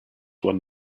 one